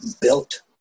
built